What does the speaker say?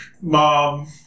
mom